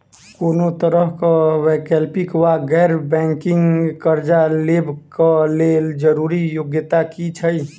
कोनो तरह कऽ वैकल्पिक वा गैर बैंकिंग कर्जा लेबऽ कऽ लेल जरूरी योग्यता की छई?